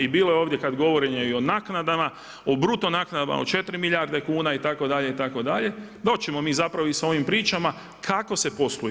I bilo je ovdje kad, govorenje i o naknadama, o bruto naknadama, o 4 milijarde kuna itd., itd., doći ćemo mi zapravo i sa ovim pričama kako se posluje.